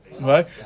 right